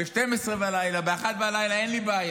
ב-24:00, ב-01:00.